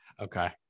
Okay